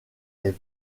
est